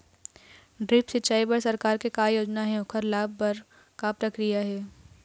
Drip सिचाई बर सरकार के का योजना हे ओकर लाभ पाय बर का प्रक्रिया हे?